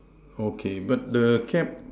okay but the cap